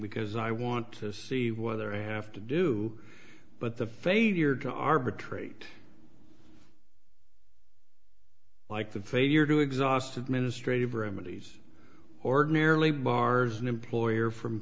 because i want to see whether i have to do but the failure to arbitrate like the failure to exhaust administrative remedies ordinarily bars an employer from